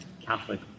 Catholic